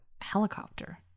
helicopter